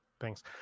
Thanks